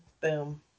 boom